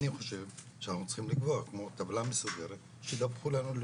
אני חושב שאנחנו צריכים לקבוע כמו טבלה מסודרת שידווחו לנו.